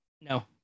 No